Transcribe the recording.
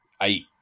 eight